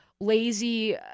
lazy